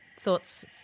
thoughts